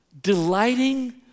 delighting